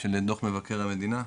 של דו"ח מבקר המדינה.